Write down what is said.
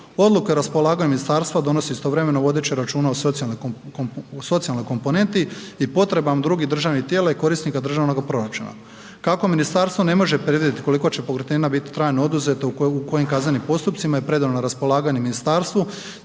Odluka o raspolaganju ministarstvo donosi istovremeno vodeći računa o socijalnoj komponenti i potrebama drugih državnih tijela i korisnika državnoga proračuna. Kako ministarstvo ne može predvidjeti koliko će pokretnina biti trajno oduzeto u kojim kaznenim postupcima i predano na raspolaganje ministarstvu,